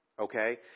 Okay